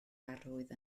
arwydd